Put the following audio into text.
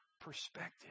perspective